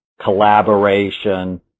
collaboration